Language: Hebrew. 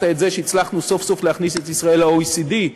את זה שהצלחנו סוף-סוף להכניס את ישראל ל-OECD,